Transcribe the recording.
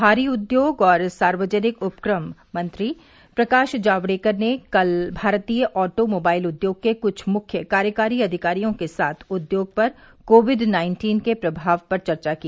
भारी उद्योग और सार्वजनिक उपक्रम मंत्री प्रकाश जावड़ेकर ने कल भारतीय ऑटो मोबाइल उद्योग के कुछ मुख्य कार्यकारी अधिकारियों के साथ उद्योग पर कोविड नाइन्टीन के प्रभाव पर चर्चा की